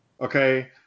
Okay